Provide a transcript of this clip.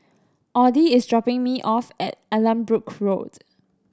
Audy is dropping me off at Allanbrooke Road